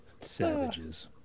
Savages